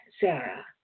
Sarah